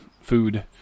food